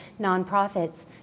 nonprofits